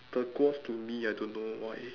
turquoise to me I don't know why